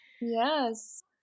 Yes